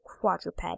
quadruped